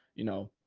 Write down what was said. you know,